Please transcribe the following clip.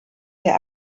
der